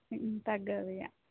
తగ్గదిక